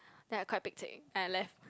then I quite pek-chek I left